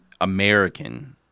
American—